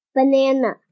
Banana